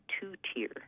two-tier